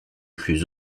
plus